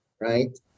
right